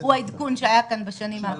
הוא העדכון שהיה כאן בשנים האחרונות.